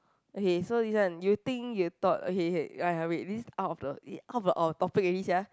okay so this one you think you thought okay okay !aiya! wait this out of the out of our topic already sia